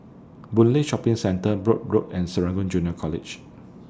Boon Lay Shopping Centre Brooke Road and Serangoon Junior College